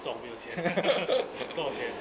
总没有钱 多少钱